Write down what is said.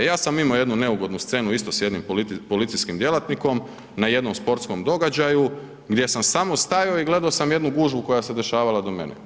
Ja sam imao jednu neugodnu scenu isto sa jednim policijskim djelatnikom na jednom sportskom događaju gdje sam samo stajao i gledao sam jednu gužvu koja se dešavala do mene.